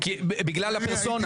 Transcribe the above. בגלל הפרסונה.